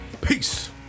Peace